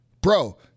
bro